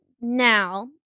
now